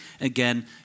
Again